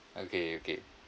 okay okay